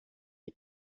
die